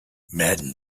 madden